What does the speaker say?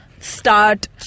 start